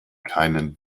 keinen